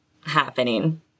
happening